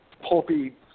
pulpy